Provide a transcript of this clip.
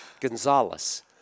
Gonzalez